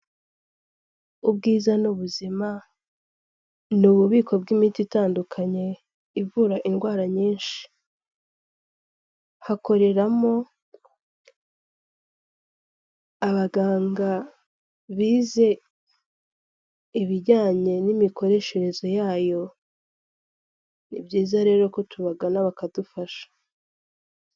Ubwiza n'ubuzima ni ububiko bw'imiti itandukanye ivura indwara nyinshi hakoreramo abaganga bize ibijyanye n'imikoreshereze yayo, ni byiza rero ko tubagana bakadufasha.